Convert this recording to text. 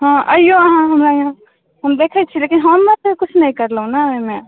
हँ अइयौ अहाँ हमरा यहाँ हम देखै छी लेकिन हम किछु नहि करलहुँ अइमे